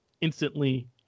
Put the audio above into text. instantly